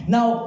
Now